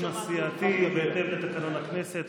דיון סיעתי בהתאם לתקנון הכנסת.